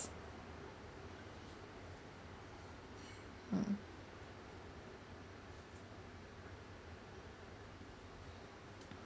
mm